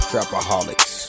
Trapaholics